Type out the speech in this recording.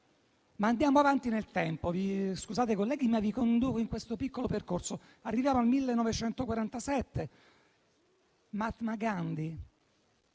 Andiamo avanti nel tempo. Scusate, colleghi, ma vi conduco in questo piccolo percorso. Arriviamo al 1947: Mahatma Gandhi